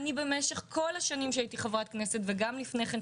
אני במשך כל השנים כשהייתי חברת כנסת וגם לפני כן,